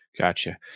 Gotcha